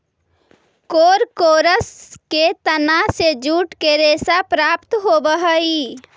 कोरकोरस के तना से जूट के रेशा प्राप्त होवऽ हई